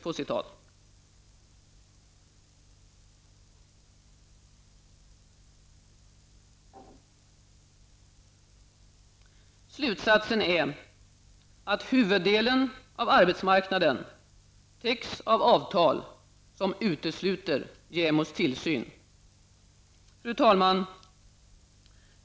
Slutsatsen är att huvuddelen av arbetsmarknaden täcks av avtal som utesluter JämOs tillsyn. Fru talman!